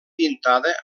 pintada